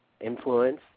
influence